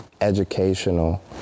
educational